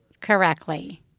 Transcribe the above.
correctly